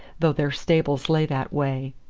though their stables lay that way,